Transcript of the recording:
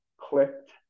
clicked